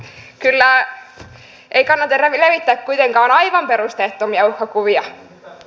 että ei kannata levittää kuitenkaan aivan perusteettomia uhkakuvia